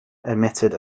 emitted